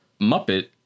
Muppet